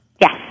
Yes